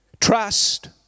Trust